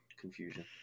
confusion